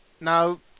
Now